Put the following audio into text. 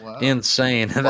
insane